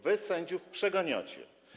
Wy sędziów przeganiacie.